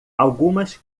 algumas